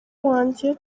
wanjye